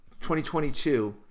2022